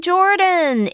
Jordan